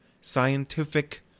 scientific